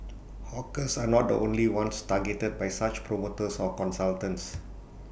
hawkers are not the only ones targeted by such promoters or consultants